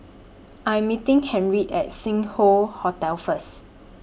I Am meeting Harriett At Sing Hoe Hotel First